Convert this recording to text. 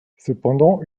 cependant